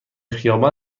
خیابان